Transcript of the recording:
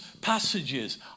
passages